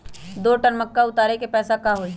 दो टन मक्का उतारे के पैसा का होई?